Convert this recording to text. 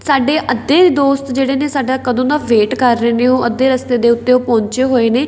ਸਾਡੇ ਅੱਧੇ ਦੋਸਤ ਜਿਹੜੇ ਨੇ ਸਾਡਾ ਕਦੋਂ ਦਾ ਵੇਟ ਕਰ ਰਹੇ ਨੇ ਉਹ ਅੱਧੇ ਰਸਤੇ ਦੇ ਉੱਤੇ ਉਹ ਪਹੁੰਚੇ ਹੋਏ ਨੇ